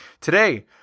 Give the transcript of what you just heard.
Today